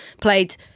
played